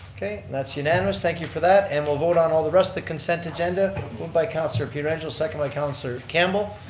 okay, that's unanimous, thank you for that. and we'll vote on all the rest of the consent agenda moved by counselor pietrangelo, second by counselor campbell.